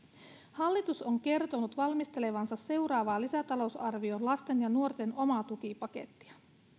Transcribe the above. hallitus on kertonut valmistelevansa seuraavaan lisätalousarvioon lasten ja nuorten omaa tukipakettia